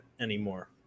anymore